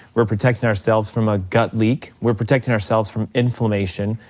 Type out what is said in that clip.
we're protecting ourselves from a gut leak, we're protecting ourselves from inflammation,